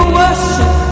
worship